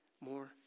more